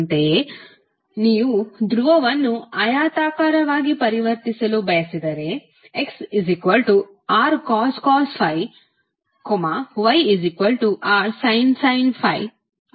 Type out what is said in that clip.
ಅಂತೆಯೇ ನೀವು ಧ್ರುವವನ್ನು ಆಯತಾಕಾರವಾಗಿ ಪರಿವರ್ತಿಸಲು ಬಯಸಿದರೆ xrcos ∅ yrsin ∅ ಆಗಿದೆ